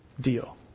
deal